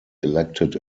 elected